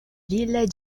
ville